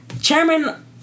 chairman